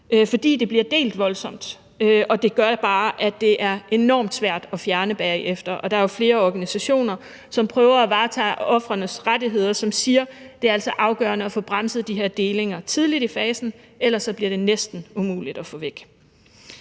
fordi den bliver delt voldsomt, og det gør bare, at det er enormt svært at fjerne bagefter. Der er jo flere organisationer, som prøver at varetage ofrenes rettigheder, og de siger, at det altså er afgørende at få bremset de her delinger tidligt i fasen, for ellers bliver det næsten umuligt at få væk.